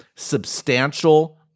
Substantial